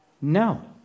no